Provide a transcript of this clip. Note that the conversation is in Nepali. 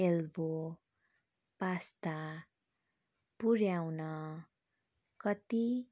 एल्पो पास्ता पुऱ्याउन कति